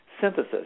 synthesis